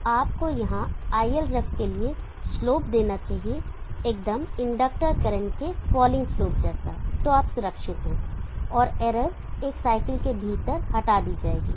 तो आपको यहां iLref के लिए स्लोप देना चाहिए एकदम इंडक्टर करंट के फॉलिंग स्लोप जैसा तो आप सुरक्षित हैं और इरर एक साइकिल के भीतर हटा दी जाएगी